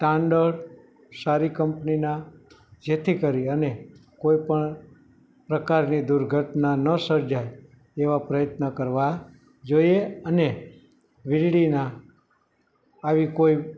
standard સારી કંપનીના જેથી કરી અને કોઇપણ પ્રકારની દુર્ઘટના ન સર્જાય એવા પ્રયત્ન કરવા જોઇએ અને વીજળીના આવી કોઈ